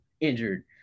injured